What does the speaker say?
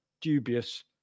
dubious